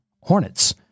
Hornets